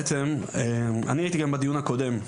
בעצם אני הייתי גם בדיון הקודם,